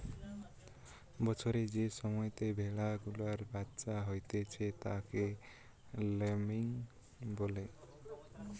বছরের যে সময়তে ভেড়া গুলার বাচ্চা হতিছে তাকে ল্যাম্বিং বলে